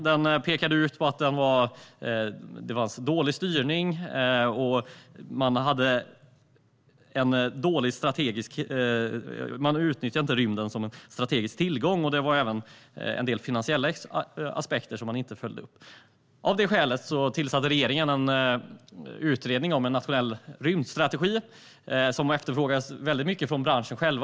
Det talades om dålig styrning och om att rymden inte utnyttjades som strategisk tillgång. Dessutom sas det att en del ekonomiska aspekter inte följdes upp. Av detta skäl tillsatte regeringen en utredning om en nationell rymdstrategi, vilken efterfrågades mycket av branschen själv.